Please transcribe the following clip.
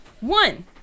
One